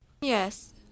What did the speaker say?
Yes